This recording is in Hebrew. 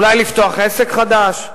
אולי לפתוח עסק חדש?